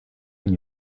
when